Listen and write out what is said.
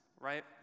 right